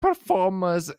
performers